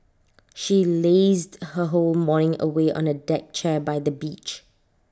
she lazed her whole morning away on A deck chair by the beach